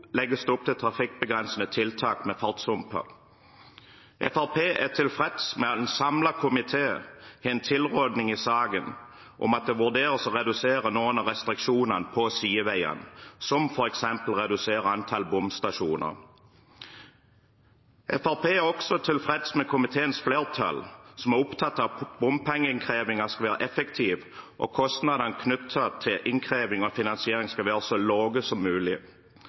legges det opp til trafikkbegrensende tiltak med fartshumper. Fremskrittspartiet er tilfreds med at en samlet komité har en tilrådning i saken om at det vurderes å redusere noen av restriksjonene på sideveiene, som f.eks. å redusere antall bomstasjoner. Fremskrittspartiet er også tilfreds med komiteens flertall, som er opptatt av at bompengeinnkrevingen skal være effektiv, og at kostnadene knyttet til innkreving og finansiering skal være så lave som mulig.